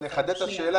אני אחדד את השאלה,